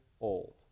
old